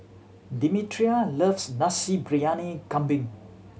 Demetria loves Nasi Briyani Kambing